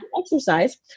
exercise